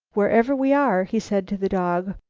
wherever we are, he said to the dog,